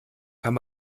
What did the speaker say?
kann